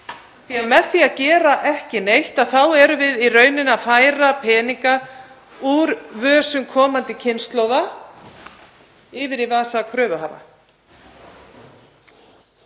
því fram. Með því að gera ekki neitt þá erum við í rauninni að færa peninga úr vösum komandi kynslóða yfir í vasa kröfuhafa.